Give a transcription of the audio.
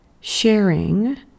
sharing